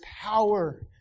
power